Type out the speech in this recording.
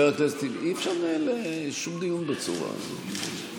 אי-אפשר לנהל שום דיון בצורה הזאת.